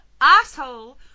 asshole